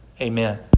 Amen